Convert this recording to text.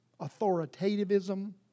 authoritativism